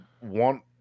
want